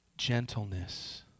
Gentleness